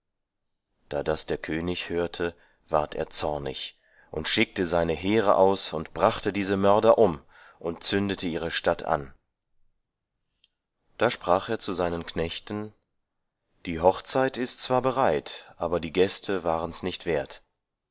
da das der könig hörte ward er zornig und schickte seine heere aus und brachte diese mörder um und zündete ihre stadt an da sprach er zu seinen knechten die hochzeit ist zwar bereit aber die gäste waren's nicht wert